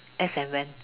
as and when